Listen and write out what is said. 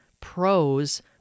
pros